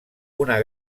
una